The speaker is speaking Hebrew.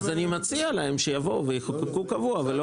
אני מציע שיבואו ויחוקקו קבוע.